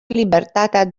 libertatea